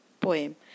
poem